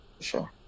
Sure